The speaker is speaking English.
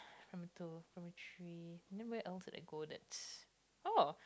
primary two primary three then where else did I go that's oh